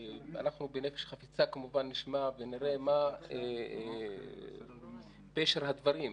אנחנו כמובן נשמע בנפש חפצה ונראה מה פשר הדברים,